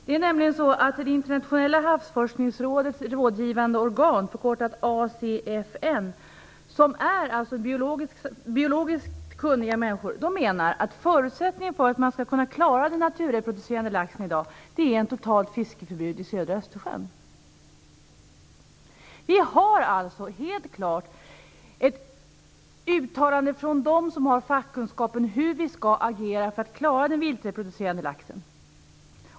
Det är nämligen så att det internationella havsforskningsrådets rådgivande organ, ACFM, som består av biologiskt kunniga människor, menar att förutsättningen för att man skall kunna klara den naturreproducerande laxen i dag är ett totalt fiskeförbud i södra Östersjön. Vi har alltså ett uttalande från dem som har fackkunskaper om hur vi skall agera för att klara den viltreproducerande laxen.